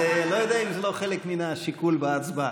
אני לא יודע אם זה לא חלק מן השיקול בהצבעה.